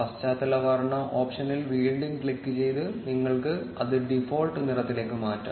പശ്ചാത്തല വർണ്ണ ഓപ്ഷനിൽ വീണ്ടും ക്ലിക്കുചെയ്ത് നിങ്ങൾക്ക് അത് ഡിഫോൾട്ട് നിറത്തിലേക്ക് മാറ്റാം